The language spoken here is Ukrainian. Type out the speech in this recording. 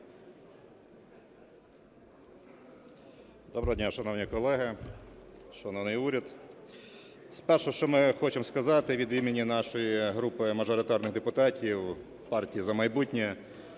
Доброго дня, шановні колеги, шановний уряд. Спершу, що ми хочемо сказати від імені нашої групи мажоритарних депутатів "Партії"За майбутнє"